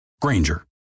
Granger